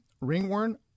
ringworm